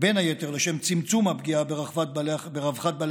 בין היתר לשם צמצום הפגיעה ברווחת בעלי